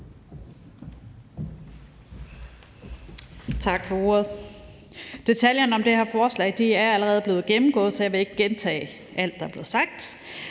Tak for ordet. Detaljerne i det her forslag er allerede blevet gennemgået, så jeg vil ikke gentage alt, hvad der er blevet sagt.